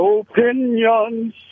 opinions